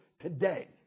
today